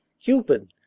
Cupid